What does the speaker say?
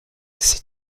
ces